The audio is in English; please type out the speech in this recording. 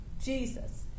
Jesus